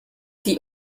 die